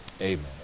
amen